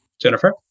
Jennifer